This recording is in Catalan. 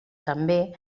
també